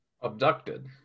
Abducted